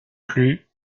plus